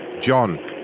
John